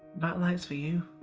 that light's for you.